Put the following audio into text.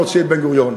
להוציא את בן-גוריון.